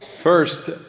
First